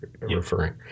referring